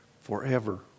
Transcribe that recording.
forever